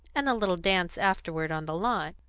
and a little dance afterward on the lawn.